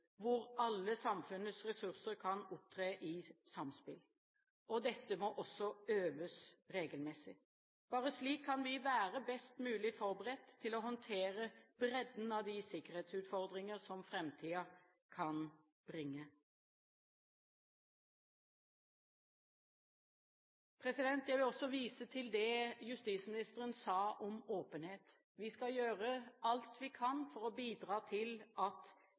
hvor alle samfunnets ressurser kan opptre i samspill. Det må også øves regelmessig. Bare slik kan vi være best mulig forberedt på å håndtere bredden av de sikkerhetsutfordringer som framtiden kan bringe. Jeg vil også vise til det justisministeren sa om åpenhet. Vi skal gjøre alt vi kan for å bidra til at